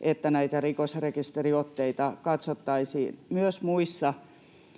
että näitä rikosrekisteriotteita katsottaisiin myös muussa